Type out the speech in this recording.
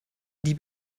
die